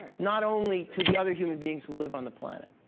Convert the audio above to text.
not only to the other human beings who live on the planet.